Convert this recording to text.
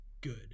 good